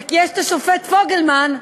ויש השופט פוגלמן,